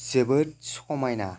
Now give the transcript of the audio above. जोबोद समायना